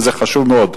וזה חשוב מאוד.